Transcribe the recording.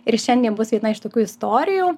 ir šiandien bus viena iš tokių istorijų